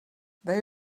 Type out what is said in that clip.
they